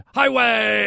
highway